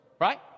right